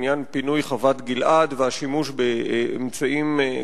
בעניין פינוי חוות-גלעד והשימוש בכלי-נשק